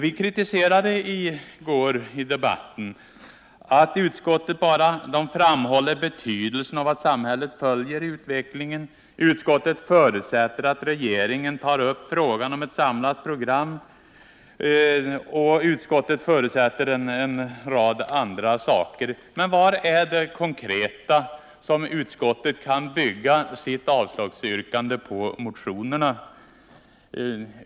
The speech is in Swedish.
I debatten i går kritiserade vi utskottet för att det bara framhåller betydelsen av att samhället följer utvecklingen, att det förutsätter att regeringen tar upp frågan om ett samlat grepp och att det förutsätter en rad andra ting. Men på vilka konkreta saker bygger utskottet sitt yrkande om avslag på motionerna?